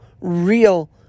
real